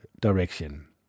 direction